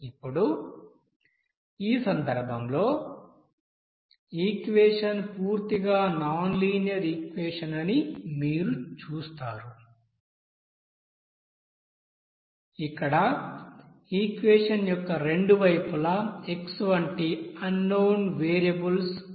ఇప్పుడు ఈ సందర్భంలో ఈక్యేషన్ం పూర్తిగా నాన్ లీనియర్ ఈక్వెషన్ అని మీరు చూస్తారు ఇక్కడ ఈక్యేషన్ం యొక్క రెండు వైపులా x వంటి అన్ నోన్ వేరియబుల్స్ ఉన్నాయి